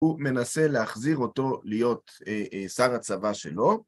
הוא מנסה להחזיר אותו להיות שר הצבא שלו.